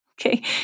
Okay